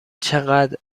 چقدر